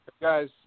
Guys